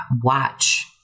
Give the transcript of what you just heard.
watch